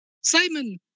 Simon